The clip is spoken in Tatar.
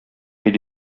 иде